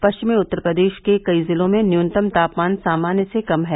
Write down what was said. पश्चिमी उत्तर प्रदेश के कई जिलों में न्यूनतम तापमान सामान्य से कम है